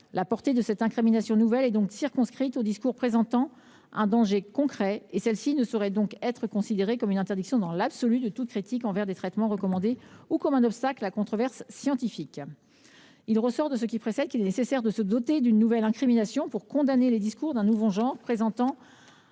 La portée de cette incrimination nouvelle est circonscrite aux discours présentant un danger concret. Dès lors, celle ci ne saurait être considérée comme une interdiction dans l’absolu de toute critique envers des traitements recommandés ou comme un obstacle à la controverse scientifique. Il ressort de ce qui précède qu’il est nécessaire de se doter d’une nouvelle incrimination pour condamner des discours d’un genre nouveau, présentant